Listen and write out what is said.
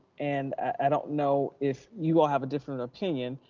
and i don't know if you all have a different opinion,